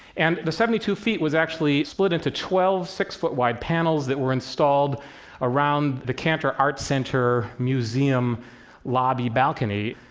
and the seventy two feet was actually split into twelve six-foot-wide panels that were installed around the cantor arts center museum lobby balcony,